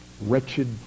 wretched